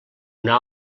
una